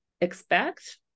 expect